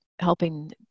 helping